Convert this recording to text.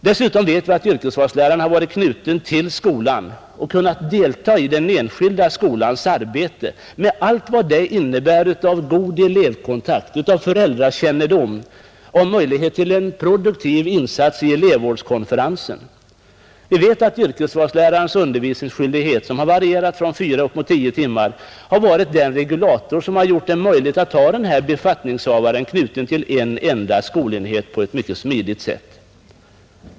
Dessutom vet vi att yrkesvalsläraren har varit knuten till skolan och kunnat deltaga i den enskilda skolans arbete med allt vad det innebär av god elevkontakt, föräldrakännedom och möjlighet till en positiv insats i elevvårdskonferensen. Vi vet att yrkesvalslärarens undervisningsskyldighet, som i regel har varierat mellan fyra och tio timmar, har varit den regulator som har gjort det möjligt att ha denne befattningshavare knuten till en enda skolenhet på ett mycket smidigt sätt.